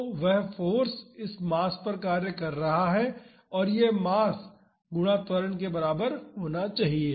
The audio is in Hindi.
तो वह फाॅर्स इस मास पर कार्य कर रहा है और यह मास गुणा त्वरण के बराबर होना चाहिए